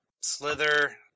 Slither